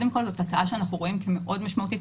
זאת הצעה שאנחנו רואים כמאוד משמעותית,